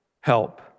help